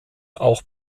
auch